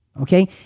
Okay